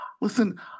Listen